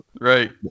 Right